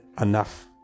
enough